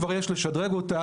כבר יש לשדרג אותה,